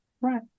Right